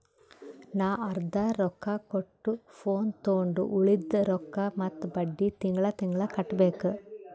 ನಾ ಅರ್ದಾ ರೊಕ್ಕಾ ಕೊಟ್ಟು ಫೋನ್ ತೊಂಡು ಉಳ್ದಿದ್ ರೊಕ್ಕಾ ಮತ್ತ ಬಡ್ಡಿ ತಿಂಗಳಾ ತಿಂಗಳಾ ಕಟ್ಟಬೇಕ್